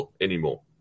anymore